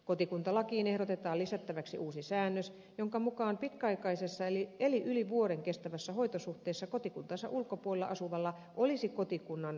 kotikuntalakiin ehdotetaan lisättäväksi uusi säännös jonka mukaan pitkäaikaisessa eli yli vuoden kestävässä hoitosuhteessa kotikuntansa ulkopuolella asuvalla olisi kotikunnan valintaoikeus